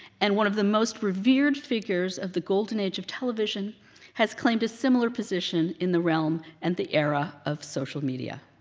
and one of the most revered figures of the golden age of television has claimed a similar position in the realm and the era of social media.